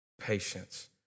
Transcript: patience